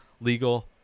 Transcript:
legal